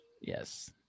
Yes